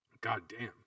goddamn